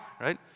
right